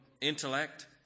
intellect